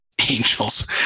angels